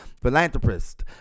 philanthropist